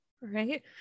right